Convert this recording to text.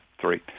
three